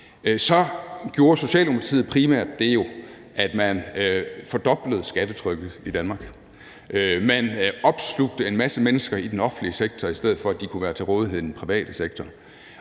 Så gjorde Socialdemokratiet jo primært det, at man fordoblede skattetrykket i Danmark, man opslugte en masse mennesker i den offentlige sektor, i stedet for at de kunne være til rådighed i den private sektor,